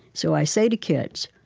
so i say to kids,